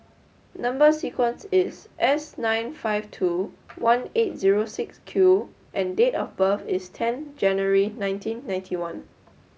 number sequence is S nine five two one eight zero six Q and date of birth is ten January nineteen ninety one